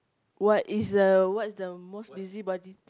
what is the what is the most busybody